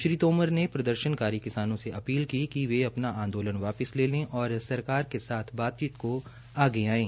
श्री तोमर न ने प्रदर्शनकारी किसानों से अपील की कि वे अपना आंदोलन वापिस ले लें और सरका के साथ बातचीत को आगे आये